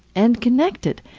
and connected.